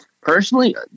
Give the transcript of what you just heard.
personally